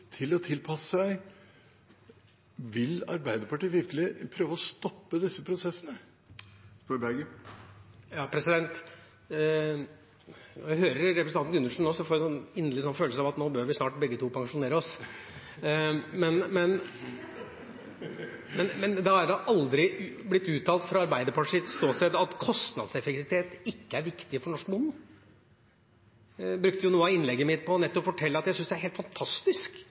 til å tilpasse seg. Vil Arbeiderpartiet virkelig prøve å stoppe disse prosessene? Når jeg hører representanten Gundersen nå, får jeg en følelse av at nå bør vi begge to snart pensjonere oss. Det er aldri blitt uttalt fra Arbeiderpartiets ståsted at kostnadseffektivitet ikke er viktig for den norske bonden. Jeg brukte jo noe av innlegget mitt på nettopp å fortelle at jeg syns det er helt